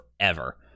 forever